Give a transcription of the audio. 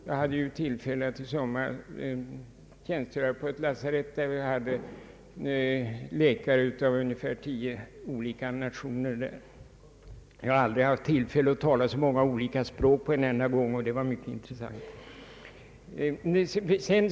Jag hade tillfälle att i somras tjänstgöra på ett lasarett, där det fanns läkare av bortåt tio olika nationaliteter. Jag hade aldrig haft tillfälle att tala så många olika språk på en gång, och det var mycket intressant.